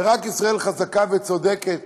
ורק ישראל חזקה וצודקת